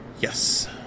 Yes